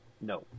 No